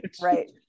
right